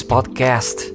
podcast